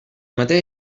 mateix